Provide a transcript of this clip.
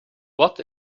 watt